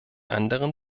anderen